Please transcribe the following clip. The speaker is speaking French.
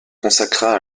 consacra